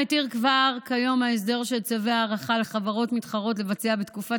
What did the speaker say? כבר כיום ההסדר של צווי הארכה מתיר לחברות מתחרות לבצע בתקופת